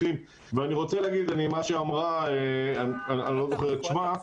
ואני רוצה להגיד למה שאמרה, אני לא זוכר את שמה,